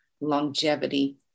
longevity